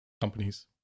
companies